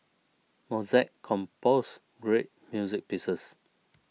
Mozart composed great music pieces